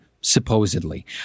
supposedly